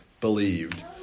believed